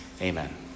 Amen